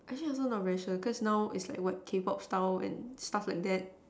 actually I also not very cause now is like what K pop style and stuff like that